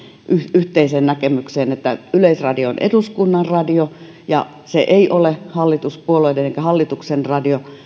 yhteiseen näkemykseen että yleisradio on eduskunnan radio ja se ei ole hallituspuolueiden eikä hallituksen radio